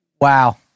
Wow